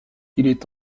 est